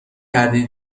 کردی